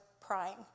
prying